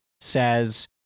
Says